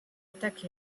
attaquent